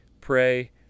pray